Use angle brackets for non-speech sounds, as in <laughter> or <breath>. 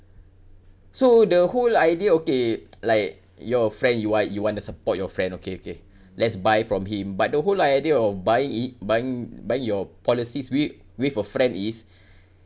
so the whole idea okay like you're a friend you want you want to support your friend okay okay let's buy from him but the whole idea of buying it buying buying your policies with with a friend is <breath>